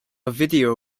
video